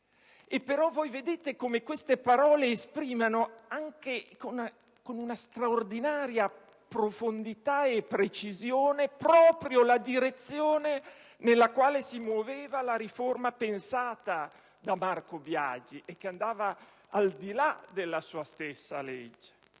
vedete, colleghi, come queste parole esprimono anche, con una straordinaria profondità e precisione, proprio la direzione nella quale si muoveva la riforma pensata da Marco Biagi e che andava al di là della sua stessa legge.